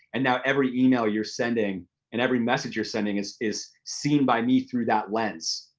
and now, every email you're sending and every message you're sending is is seen by me through that lens.